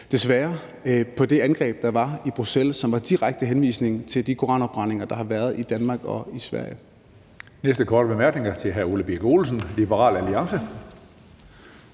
kigge på det angreb, der blev udført i Bruxelles med direkte henvisning til de koranafbrændinger, der har fundet sted i Danmark og Sverige.